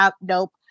nope